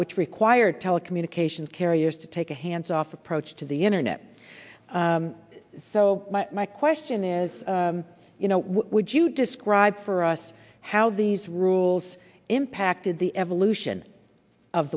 which required telecommunications carriers to take a hands off approach to the internet so my question is you know would you describe for us how these rules impacted the evolution of